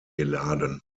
geladen